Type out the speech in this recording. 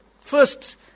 first